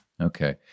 Okay